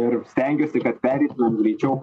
ir stengiuosi kad pereitumėm greičiau